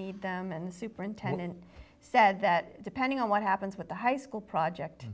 need them and superintendent said that depending on what happens with the high school project